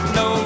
no